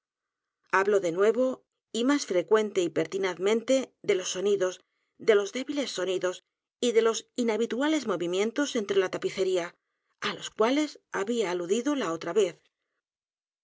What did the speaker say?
habló de nuevo y más frecuente y pertinazmente de los sonidos de los débiles sonidos y de los inhabituales movimientos entre la tapicería á los cuales había aludido la otra vez